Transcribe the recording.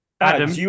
Adam